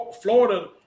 Florida –